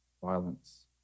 violence